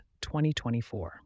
2024